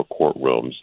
courtrooms